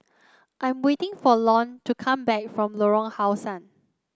I'm waiting for Lorne to come back from Lorong How Sun